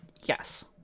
Yes